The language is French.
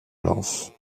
lance